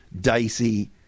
dicey